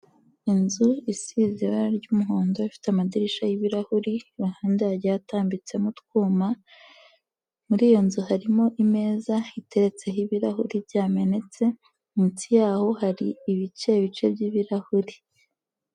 Inzu isize ibara ry'umuhondo, ifite amadirisha y'ibirahuri, ku ruhande hagiye hatambitsemo utwuma, muri iyo nzu harimo imeza iteretseho ibirahuri byamenetse, munsi yaho hari ibice bice by'ibirahuri.